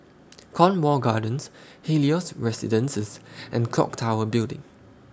Cornwall Gardens Helios Residences and Clock Tower Building